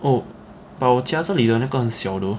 oh but 我家这里的那个很小 though